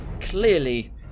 clearly